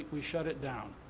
we shut it down.